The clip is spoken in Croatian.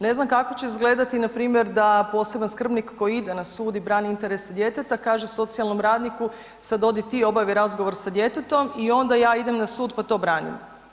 Ne znam kako će izgledati npr. da poseban skrbnik koji ide na sud i brani interese djeteta kaže socijalnom radniku sad odi ti obavi razgovor sa djetetom i onda ja idem na sud pa to branim.